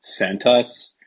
Sentus